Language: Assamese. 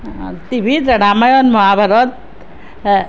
টিভিত ৰামায়ণ মহাভাৰত